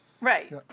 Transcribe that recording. Right